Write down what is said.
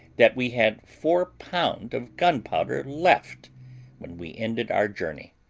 that we had four pound of gunpowder left when we ended our journey.